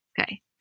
Okay